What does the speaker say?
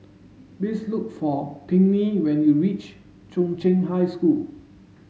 please look for Pinkney when you reach Chung Cheng High School